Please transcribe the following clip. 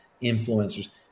influencers